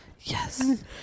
Yes